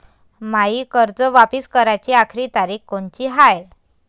मायी कर्ज वापिस कराची आखरी तारीख कोनची हाय?